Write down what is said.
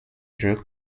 jeux